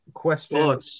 Question